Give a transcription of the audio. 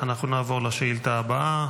אנחנו נעבור לשאילתה הבאה,